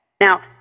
Now